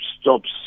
stops